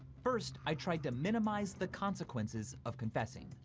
first i tried to minimize the consequences of confessing.